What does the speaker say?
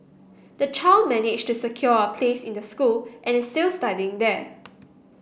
the child managed to secure a place in the school and is still studying there